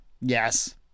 Yes